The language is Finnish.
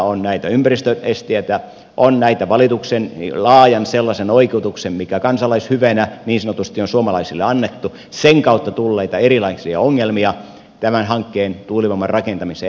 on ympäristöesteitä on näitä valituksen laajan sellaisen oikeutuksen mikä niin sanotusti kansalaishyveenä on suomalaisille annettu sen kautta tulleita erilaisia ongelmia tämän hankkeen tuulivoiman rakentamisen edistämisessä